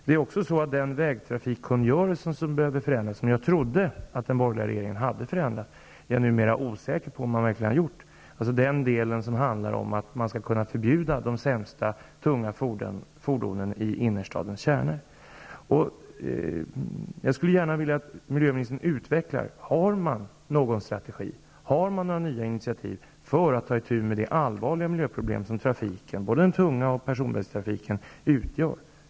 Beträffande den vägtrafikkungörelse som behöver förändras och som jag trodde att den borgerliga regeringen hade förändrat vill jag säga att jag numera är osäker på vad man verkligen har gjort. Det handlar alltså om att man skall kunna förbjuda de sämsta, de tunga, fordonen i innerstadskärnor. Jag ser gärna att miljöministern utvecklar det här resonemanget. Har man alltså någon strategi?